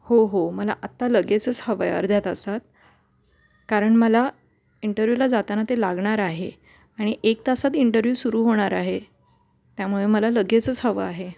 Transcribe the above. हो हो मला आत्ता लगेचच हवं आहे अर्ध्या तासात कारण मला इंटरव्ह्यूला जाताना ते लागणार आहे आणि एक तासात इंटरव्ह्यू सुरू होणार आहे त्यामुळे मला लगेचच हवं आहे